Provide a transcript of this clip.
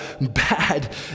bad